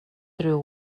through